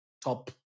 top